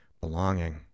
belonging